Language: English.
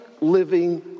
living